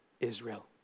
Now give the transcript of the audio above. Israel